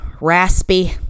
raspy